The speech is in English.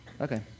Okay